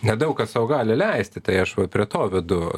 nedaug kas sau gali leisti tai aš va prie to vedu